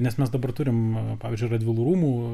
nes mes dabar turim pavyzdžiui radvilų rūmų